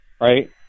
right